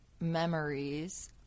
memories